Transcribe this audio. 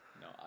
No